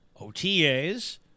OTAs